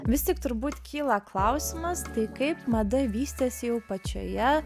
vis tik turbūt kyla klausimas tai kaip mada vystėsi jau pačioje